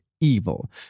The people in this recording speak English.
evil